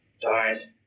died